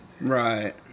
Right